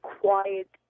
quiet